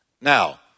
Now